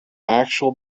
actual